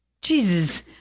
Jesus